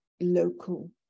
local